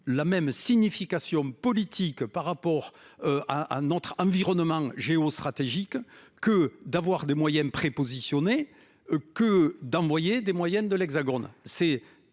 la même signification politique par rapport à un autre environnement géostratégique. Que d'avoir des moyens prépositionnés que d'envoyer des moyennes de l'Hexagone.